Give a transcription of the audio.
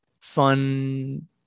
fun